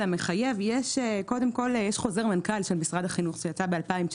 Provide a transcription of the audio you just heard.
המחייב יש חוזר מנכ"ל של משרד החינוך שיצא ב-2019,